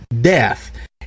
death